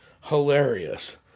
hilarious